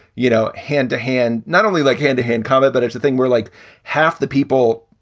you know, hand to hand, not only like hand-to-hand combat, but it's a thing we're like half the people.